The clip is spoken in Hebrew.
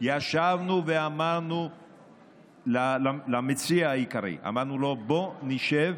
אמרנו למציע העיקרי: בוא נשב,